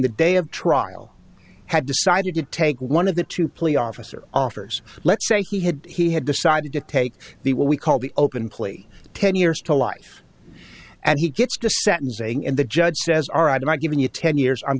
the day of trial had decided to take one of the two plea officer offers let's say he had he had decided to take the what we call the open plea ten years to life and he gets to sentencing and the judge says are out of my giving you ten years i'm